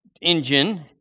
engine